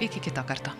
iki kito karto